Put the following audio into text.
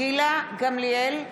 גמליאל,